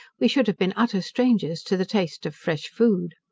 we should have been utter strangers to the taste of fresh food.